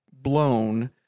blown